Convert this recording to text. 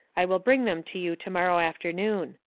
i will bring them to you tomorrow afternoon.